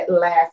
last